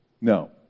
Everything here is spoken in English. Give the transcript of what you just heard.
No